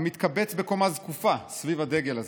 המתקבץ בקומה זקופה סביב הדגל הזה".